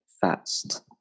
fast